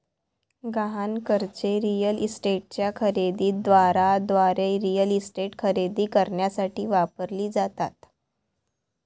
गहाण कर्जे रिअल इस्टेटच्या खरेदी दाराद्वारे रिअल इस्टेट खरेदी करण्यासाठी वापरली जातात